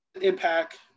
Impact